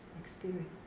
experience